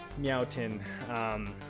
Meowton